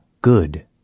good